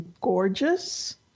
gorgeous